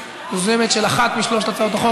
יוזמת של אחת משלוש הצעות החוק,